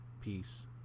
peace